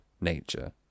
nature